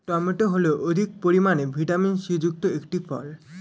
tomato হল অধিক পরিমাণে ভিটামিন সি যুক্ত একটি ফল